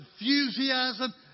enthusiasm